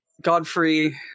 Godfrey